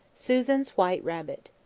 susan's white rabbit.